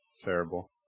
Terrible